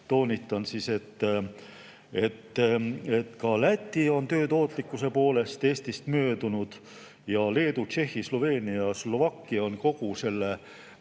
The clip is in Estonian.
Toonitan, et ka Läti on töö tootlikkuse poolest Eestist möödunud. Leedu, Tšehhi, Sloveenia ja Slovakkia on sellest